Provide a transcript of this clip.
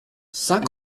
saint